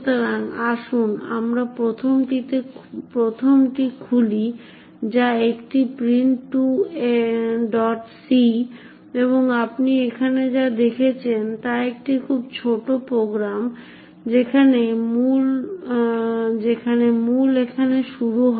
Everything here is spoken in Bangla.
সুতরাং আসুন আমরা প্রথমটি খুলি যা একটি print2c এবং আপনি এখানে যা দেখছেন তা একটি খুব ছোট প্রোগ্রাম যেখানে মূল এখানে শুরু হয়